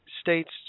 States